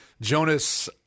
Jonas